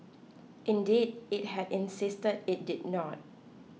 indeed it had insisted it did not